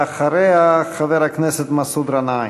ואחריה חבר הכנסת מסעוד גנאים.